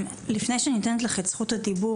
לפני שאני נותנת לך את זכות הדיבור,